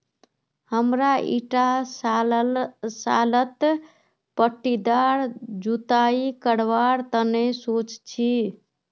हमरा ईटा सालत पट्टीदार जुताई करवार तने सोच छी